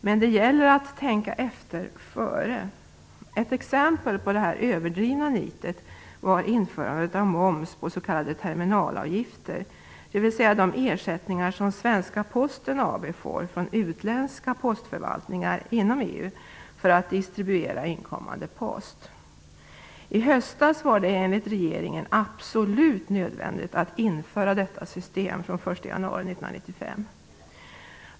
Men det gäller att tänka efter före. Ett exempel på detta överdrivna nit var införandet på s.k. terminalavgifter, dvs. de ersättningar som svenska Posten AB får från utländska postförvaltningar inom EU för att distribuera inkommande post. I höstas var det enligt regeringen absolut nödvändigt att införa detta system den 1 januari 1995.